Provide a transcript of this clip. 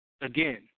again